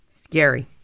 Scary